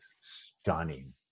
stunning